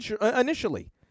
initially